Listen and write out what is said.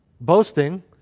boasting